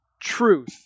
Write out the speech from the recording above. truth